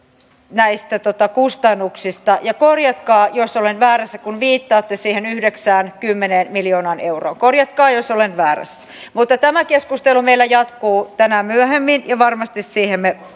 kustannuksista ja korjatkaa jos olen väärässä kun viittaatte siihen yhdeksäänkymmeneen miljoonaan euroon korjatkaa jos olen väärässä mutta tämä keskustelu meillä jatkuu tänään myöhemmin ja varmasti siihen me